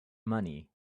money